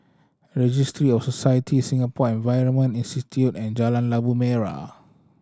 Registry of Society Singapore Environment Institute and Jalan Labu Merah